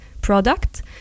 product